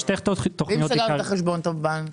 ואם סגרת את החשבון באותו בנק?